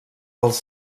els